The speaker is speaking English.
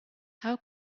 how